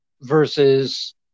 versus